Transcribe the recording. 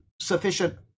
sufficient